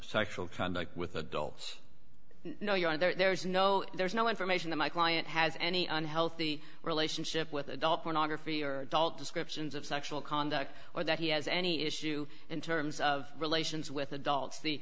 sexual conduct with adults no you and there's no there's no information that my client has any unhealthy relationship with adult pornography or adult descriptions of sexual conduct or that he has any issue in terms of relations with adults the